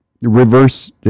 reverse